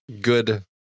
good